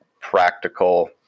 practical